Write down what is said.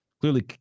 clearly